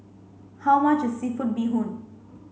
how much seafood bee hoon